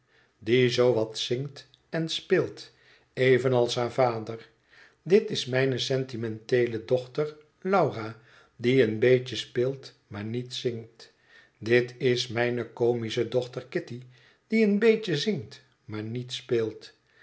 die zoo wat zingt en speelt evenals haar vader dit is mijne sentimenteele dochter laura die een beetje speelt maar niet zingt dit is mijne comische dochter kitty die een beetje zingt maar niet speelt